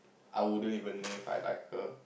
I wouldn't even know if I like her